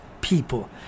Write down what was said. people